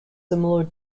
similar